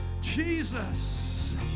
Jesus